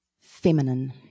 feminine